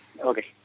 Okay